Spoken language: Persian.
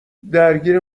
درگیر